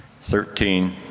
thirteen